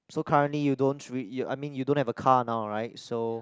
so currently you don't dr~ I mean you don't have a car now right so